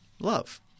love